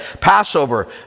Passover